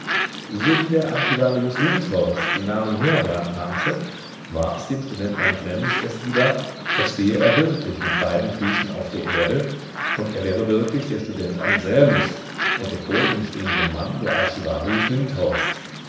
sowie der archivarius lindhorst den namen heerbrand nannte war es dem studenten anselmus erst wieder als stehe er wirklich mit beiden füßen auf der erde und er wäre wirklich der student anselmus und der vor ihm stehende mann der archivarius lindhorst